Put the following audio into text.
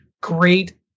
great